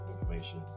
information